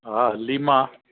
हा लीमा